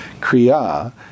kriya